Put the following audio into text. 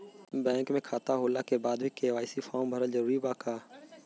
Bank में खाता होला के बाद भी के.वाइ.सी फार्म भरल जरूरी बा का?